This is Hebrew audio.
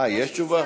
אה, יש תשובה?